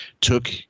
took